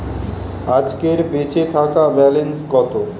আজকের বেচে থাকা ব্যালেন্স কত?